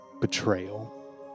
betrayal